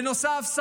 בנוסף,